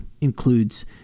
includes